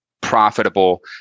profitable